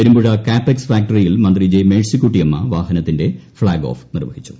പെരുമ്പുഴ കാപ്പെക്സ് ഫാക്ടറിയിൽ മന്ത്രി ജെ മേഴ്സിക്കുട്ടിയമ്മ വാഹനത്തിന്റൈ ഫ്ളാഗ് ഓഫ് നിർവഹിച്ചു